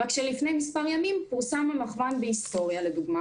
רק שלפני מספר ימים פורסם המחוון בהיסטוריה למשל.